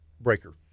breaker